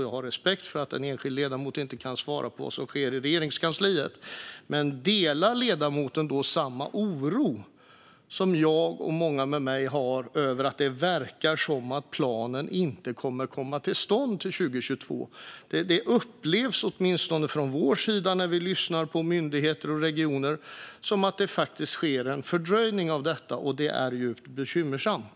Jag har respekt för att en enskild ledamot inte kan svara på vad som sker i Regeringskansliet, men jag undrar om ledamoten delar den oro som jag och många med mig har över att det verkar som att planen inte kommer att komma till stånd till 2022. Åtminstone vi upplever, när vi lyssnar på myndigheter och regioner, att det sker en fördröjning av detta, och det är djupt bekymmersamt.